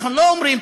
אנחנו לא אומרים,